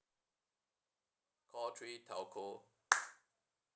call three telco